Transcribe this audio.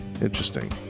Interesting